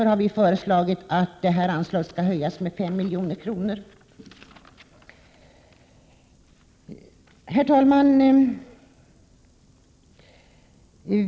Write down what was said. Vi har därför föreslagit att detta anslag skall höjas med 5 milj.kr. Herr talman!